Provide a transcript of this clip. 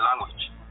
language